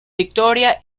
victoria